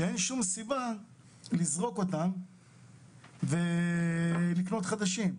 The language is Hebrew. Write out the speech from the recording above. שאין שום סיבה לזרוק אותם ולקנות חדשים.